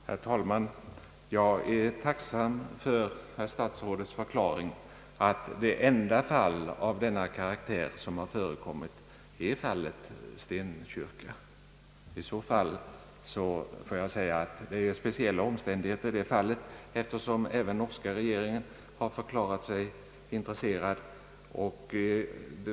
Herr talman! Jag är tacksam för herr statsrådets förklaring att det enda fall av denna karaktär som har förekommit är det i Stenkyrka. Det är speciella omständigheter i det fallet, eftersom även norska regeringen har förklarat sig intresserad.